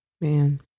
man